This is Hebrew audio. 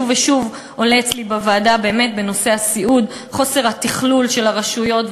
שוב ושוב עולה אצלי בוועדה בנושא הסיעוד חוסר התכלול של הרשויות,